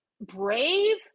brave